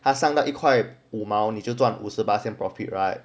他上到一块五毛你就赚五十巴仙 profit right